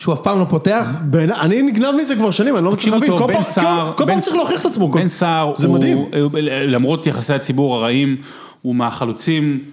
שהוא אף פעם לא פותח. אני נגנב מזה כבר שנים, אני לא מצליח להבין, כל פעם צריך להוכיח את עצמו, בן שהר. זה מדהים. למרות יחסי הציבור הרעים, הוא מהחלוצים...